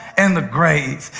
and the grave.